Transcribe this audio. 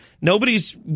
nobody's